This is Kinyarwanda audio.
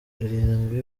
irindwi